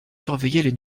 surveillaient